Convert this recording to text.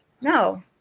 no